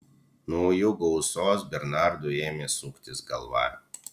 nuo jų gausos bernardui ėmė suktis galva